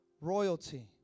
Royalty